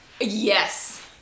Yes